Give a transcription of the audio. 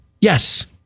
Yes